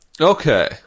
okay